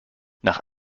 nach